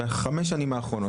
בחמש שנים האחרונות,